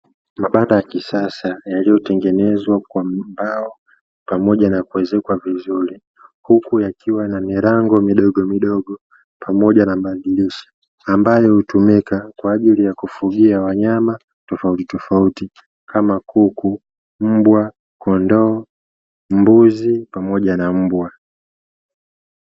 Mabanda ya kisasa yaliyotengenezwa kwa mbao, pamoja na kuezekwa vizuri, huku yakiwa na milango midogo midogo, pamoja na mabadiliko ambayo hutumika kwa ajili ya kufugia wanyama tofauti tofauti kama kuku, mbwa, kondoo, mbuzi, pamoja na mbwa.